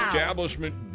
establishment